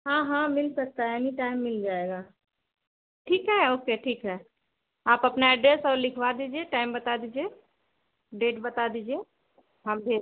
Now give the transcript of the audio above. हाँ हाँ मिल सकता है एनी टाइम मिल जाएगा ठीक है ओके ठीक है आप अपना एड्रेस और लिखवा दीजिए टाइम बता दीजिए डेट बता दीजिए हम भेज रहे हैं